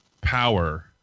power